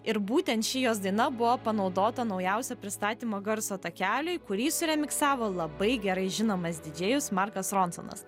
ir būtent ši jos daina buvo panaudota naujausia pristatymo garso takeliui kurį suremiksavo labai gerai žinomas didžėjus markas ronsonas